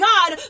God